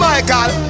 Michael